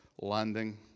landing